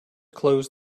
close